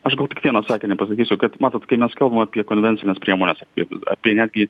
aš gal tik vieną sakinį pasakysiu kad matot kai mes kalbam apie konvencines priemones ir apie netgi